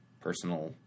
personal